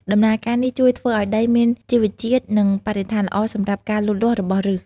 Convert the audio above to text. ដំណើរការនេះជួយធ្វើឱ្យដីមានជីវជាតិ និងបរិស្ថានល្អសម្រាប់ការលូតលាស់របស់ឬស។